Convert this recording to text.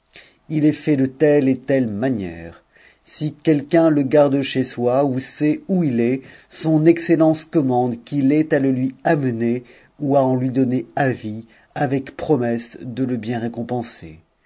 il est fait de telle et telle manière si quelqu'un le garde chez soi ou sait où il est son excellence commande qu'il ait à le lui amener ou à lui en donner avis avec promesse de le bien récompenser